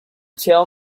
tell